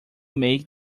make